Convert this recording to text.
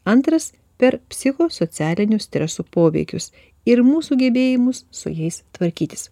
antras per psichosocialinių stresų poveikius ir mūsų gebėjimus su jais tvarkytis